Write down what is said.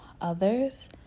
others